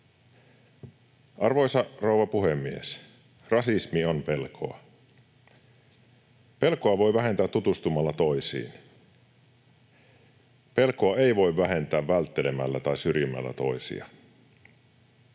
Arvoisa rouva puhemies! Rasismi on pelkoa. Pelkoa voi vähentää tutustumalla toisiin. Pelkoa ei voi vähentää välttelemällä tai syrjimällä toisia.